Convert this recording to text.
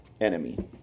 enemy